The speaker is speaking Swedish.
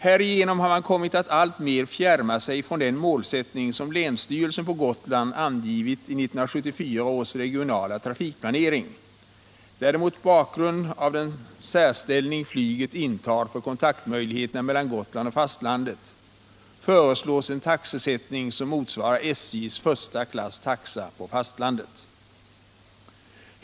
Härigenom har man kommit att alltmer färma sig från den målsättning som länsstyrelsen i Gotlands län angivit i 1974 års regionala trafikplanering, där det mot bakgrund av den särställning som flyget intar för kontaktmöjligheterna mellan Gotland och fastlandet föreslås en taxesättning som motsvarar SJ:s förstaklasstaxa på fastlandet.